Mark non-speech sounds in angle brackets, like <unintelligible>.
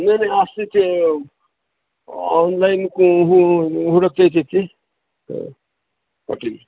नाही नाही असते ते ऑनलाईन हु हुडकता येते ते हं <unintelligible>